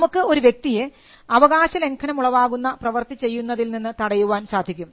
നമുക്ക് ഒരു വ്യക്തിയെ അവകാശ ലംഘനം ഉളവാകുന്ന പ്രവർത്തി ചെയ്യുന്നതിൽ നിന്ന് തടയുവാൻ സാധിക്കും